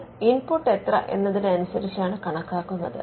ഇത് ഇൻപുട്ട് എത്ര എന്നതിനെ അനുസരിച്ചാണ് കണക്കാക്കുന്നത്